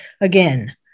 again